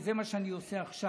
וזה מה שאני עושה עכשיו,